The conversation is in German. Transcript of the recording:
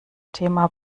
thema